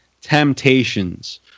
temptations